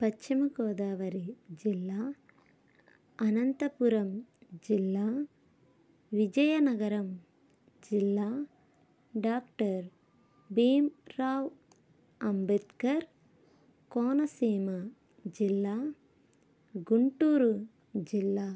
పశ్చిమగోదావరి జిల్లా అనంతపురం జిల్లా విజయనగరం జిల్లా డాక్టర్ భీంరావ్ అంబేద్కర్ కోనసీమ జిల్లా గుంటూరు జిల్లా